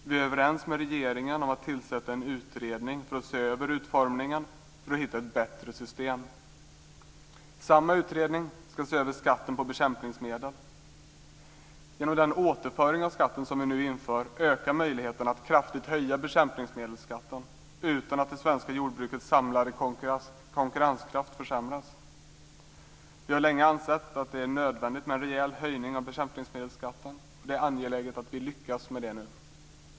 Vi är överens med regeringen om att tillsätta en utredning för att se över utformningen och för att hitta ett bättre system. Samma utredning ska se över skatten på bekämpningsmedel. Genom den återföring av skatten som vi nu inför ökar möjligheterna att kraftigt höja bekämpningsmedelsskatten utan att det svenska jordbrukets samlade konkurrenskraft försämras. Vi har länge ansett att det är nödvändigt med en rejäl höjning av bekämpningsmedelsskatten, och det är angeläget att vi lyckas med det nu.